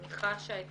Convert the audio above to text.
שאני חשה את